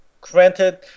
granted